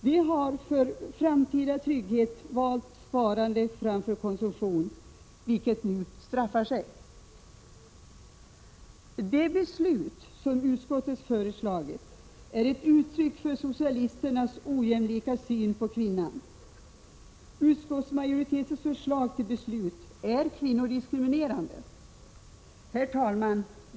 De har för framtida trygghet valt sparande framför konsumtion, vilket nu straffar sig. Det beslut som utskottet föreslår är ett uttryck för socialisternas ojämlika syn på kvinnan. Utskottsmajoritetens förslag till beslut är kvinnodiskriminerande. Herr talman!